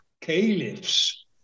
caliphs